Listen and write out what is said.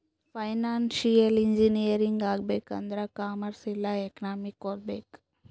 financial engineering ಆಗ್ಬೇಕ್ ಆಂದುರ್ commerce ಇಲ್ಲಾ ಎಕನಾಮಿಕ್ ಓದ್ಬೇಕ್